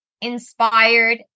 inspired